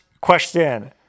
question